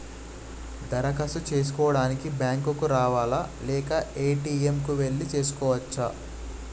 దరఖాస్తు చేసుకోవడానికి బ్యాంక్ కు రావాలా లేక ఏ.టి.ఎమ్ కు వెళ్లి చేసుకోవచ్చా?